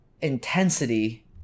intensity